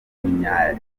w’umunya